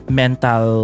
mental